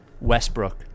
Westbrook